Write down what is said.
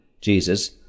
jesus